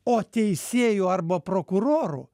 o teisėjų arba prokurorų